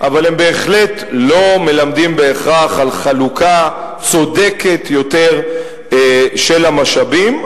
אבל הם בהחלט לא מלמדים בהכרח על חלוקה צודקת יותר של המשאבים.